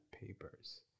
papers